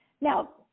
Now